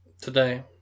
Today